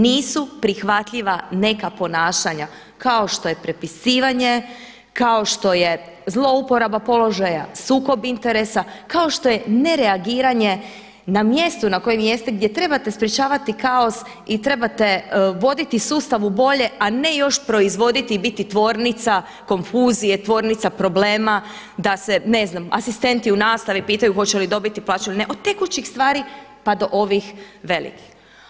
Nisu prihvatljiva neka ponašanja kao što je prepisivanje, kao što je zlouporaba položaja, sukob interesa, kao što je nereagiranje na mjestu na kojem jeste gdje trebate sprječavati kaos i trebate voditi sustav u bolje, a ne još proizvoditi i biti tvornica konfuzije, tvornica problema da se ne znam asistenti u nastavi pitaju hoće li dobiti plaću ili ne, od tekućih stvari pa do ovih velikih.